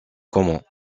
comment